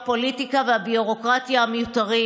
הפוליטיקה והביורוקרטיה המיותרים.